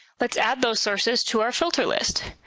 let's add those sources to our filter list.